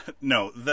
no